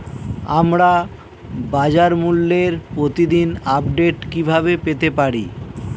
আমরা বাজারমূল্যের প্রতিদিন আপডেট কিভাবে পেতে পারি?